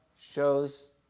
shows